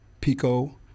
Pico